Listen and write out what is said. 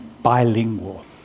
bilingual